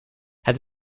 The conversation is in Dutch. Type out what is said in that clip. het